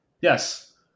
Yes